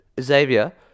Xavier